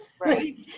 Right